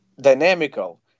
dynamical